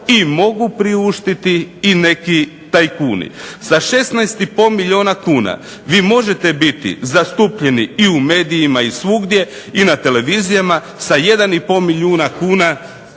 i mogu priuštiti neki tajkuni. Za 16,5 milijuna kuna vi možete biti zastupljeni i u medijima i svugdje i na televizijama sa 1,5 milijuna kuna